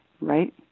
right